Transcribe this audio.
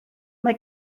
mae